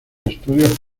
estudios